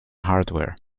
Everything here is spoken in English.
hardware